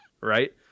right